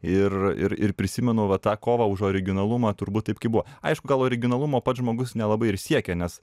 ir ir ir prisimenu va tą kovą už originalumą turbūt taip kaip buvo aišku gal originalumo pats žmogus nelabai ir siekė nes